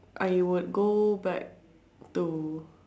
I would go back to